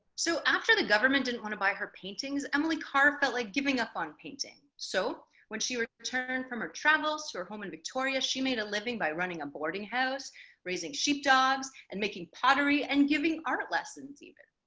so after the government didn't want to buy her paintings, emily carr felt like giving up on painting. so when she returned from her travels to her home in victoria, she made a living by running a boarding house raising sheep dogs and making pottery and giving art lessons even.